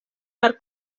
are